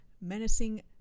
menacing